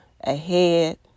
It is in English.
ahead